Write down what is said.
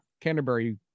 Canterbury